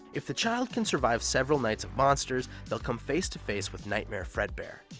if the child can survive several nights of monsters, they'll come face to face with nightmare fredbear.